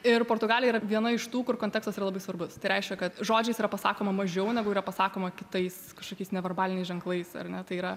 ir portugalija yra viena iš tų kur kontekstas yra labai svarbus tai reiškia kad žodžiais yra pasakoma mažiau negu yra pasakoma kitais kažkokiais neverbaliniais ženklais ar ne tai yra